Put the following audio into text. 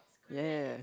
ya ya ya